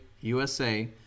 USA